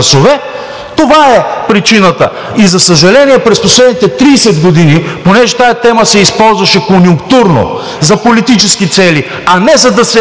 Това е причината. За съжаление, през последните 30 години – понеже тази тема се използваше конюнктурно за политически цели, а не за да се